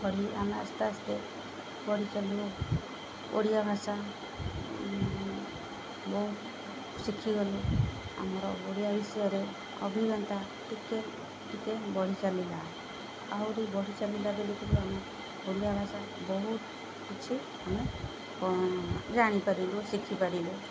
ପଢ଼ି ଆମେ ଆସ୍ତେ ଆସ୍ତେ ପଢ଼ି ଚାଲିଲୁ ଓଡ଼ିଆ ଭାଷା ବହୁତ ଶିଖିଗଲୁ ଆମର ଓଡ଼ିଆ ବିଷୟରେ ଅଭିଜ୍ଞତା ଟିକେ ଟିକେ ବଢ଼ି ଚାଲିଲା ଆହୁରି ବଢ଼ି ଚାଲିଲା ଓଡ଼ିଆ ଭାଷା ବହୁତ କିଛି ଆମେ ଜାଣିପାରିଲୁ ଶିଖିପାରିଲୁ